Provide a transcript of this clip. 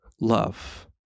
love